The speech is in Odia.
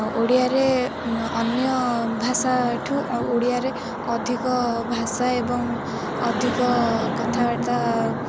ଓଡ଼ିଆରେ ଅନ୍ୟ ଭାଷାଠୁ ଆଉ ଓଡ଼ିଆରେ ଅଧିକ ଭାଷା ଏବଂ ଅଧିକ କଥାବାର୍ତ୍ତା